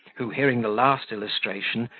who, hearing the last illustration,